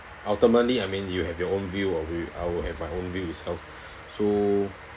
ultimately I mean you have your own view of it I will have my own views itself so